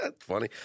Funny